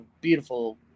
beautiful